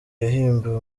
yahimbiwe